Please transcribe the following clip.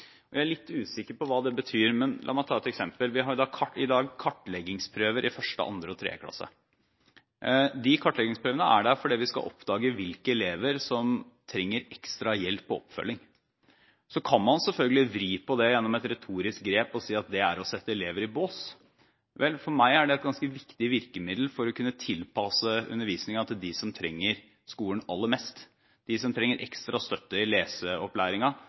Jeg er litt usikker på hva det betyr. La meg ta et eksempel: Vi har i dag kartleggingsprøver i 1., 2. og 3. klasse. Disse kartleggingsprøvene er der fordi vi skal oppdage hvilke elever som trenger ekstra hjelp og oppfølging. Så kan man selvfølgelig vri på det gjennom et retorisk grep og si at det er å sette elever i bås. Vel, for meg er det et ganske viktig virkemiddel for å kunne tilpasse undervisningen til dem som trenger skolen aller mest, til dem som trenger ekstra støtte i